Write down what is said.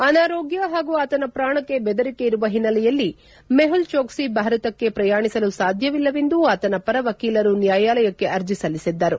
ಅನಾರೋಗ್ಯ ಹಾಗೂ ಆತನ ಪ್ರಾಣಕ್ಕೆ ಬೆದರಿಕೆ ಇರುವ ಹಿನ್ನೆಲೆಯಲ್ಲಿ ಮೆಹುಲ್ ಚೋಕ್ಸಿ ಭಾರತಕ್ಕೆ ಪ್ರಯಾಣಿಸಲು ಸಾಧ್ಯವಿಲ್ಲವೆಂದು ಆತನ ಪರ ವಕೀಲರು ನ್ನಾಯಾಲಯಕ್ಕೆ ಆರ್ಜಿ ಸಲ್ಲಿಸಿದ್ದರು